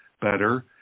better